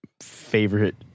favorite